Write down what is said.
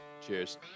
Cheers